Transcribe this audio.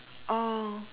oh